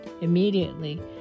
Immediately